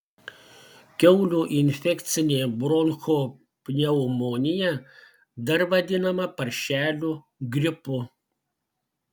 kiaulių infekcinė bronchopneumonija dar vadinama paršelių gripu